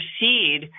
proceed